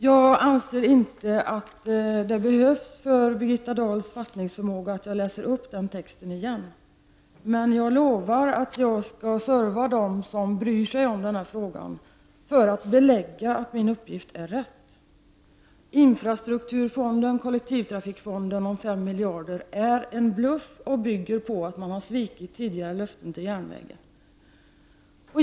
Med hänsyn till Birgitta Dahls fattningsförmåga anser jag inte att jag behöver läsa upp den texten igen. Men jag lovar att jag skall serva dem som bryr sig om den här saken för att belägga att min uppgift är riktig. Infrastrukturfonden, kollektivtrafikfonden på fem miljarder, är en bluff och bygger på att man har svikit tidigare löften när det gäller järnvägen.